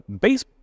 base